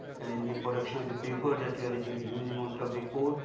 and the production of the paper that you are using the huge amount of the coal,